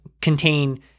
contain